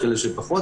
יש כאלה שפחות.